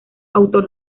autor